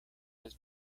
has